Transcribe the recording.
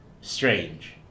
strange